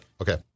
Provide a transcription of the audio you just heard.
Okay